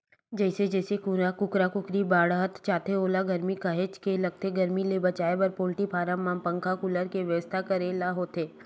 जइसे जइसे कुकरा कुकरी बाड़हत जाथे ओला गरमी काहेच के लगथे गरमी ले बचाए बर पोल्टी फारम मन म पंखा कूलर के बेवस्था करे ल होथे